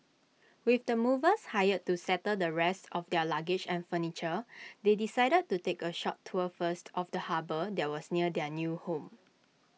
with the movers hired to settle the rest of their luggage and furniture they decided to take A short tour first of the harbour that was near their new home